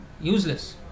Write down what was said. useless